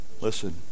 Listen